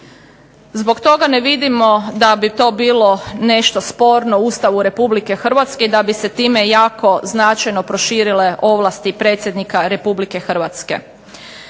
Zbog toga ne vidimo da bi to bilo nešto sporno Ustavu Republike Hrvatske i da bi se time jako značajno proširile ovlasti predsjednika Republike Hrvatske.